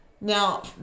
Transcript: now